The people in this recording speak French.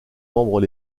membres